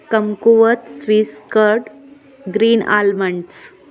kumquat swiss chard green almonds